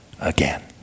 again